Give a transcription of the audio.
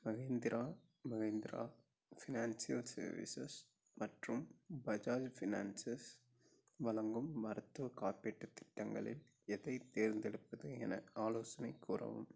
Mahindra Mahindra financial services மற்றும் Bajaj finances வழங்கும் மருத்துவக் காப்பீட்டுத் திட்டங்களில் எதைத் தேர்ந்தெடுப்பது என ஆலோசனைக் கூறவும்